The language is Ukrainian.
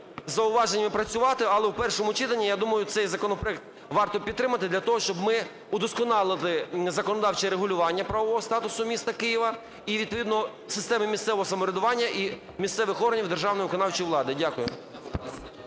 зауваженнями працювати, але у першому читанні, я думаю, цей законопроект варто підтримати для того, щоб ми удосконалили законодавче регулювання правового статусу міста Києва, і відповідно системи місцевого самоврядування і місцевих органів державної виконавчої влади. Дякую.